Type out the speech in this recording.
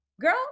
girl